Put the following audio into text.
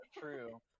True